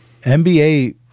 NBA